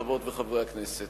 חברות וחברי הכנסת,